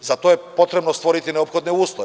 Za to je potrebno stvoriti neophodne uslove.